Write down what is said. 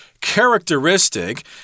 characteristic